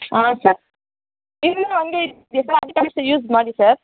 ಆಂ sir ಇನ್ನು ಹಂಗೆ use ಮಾಡಿ ಸರ್